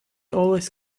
always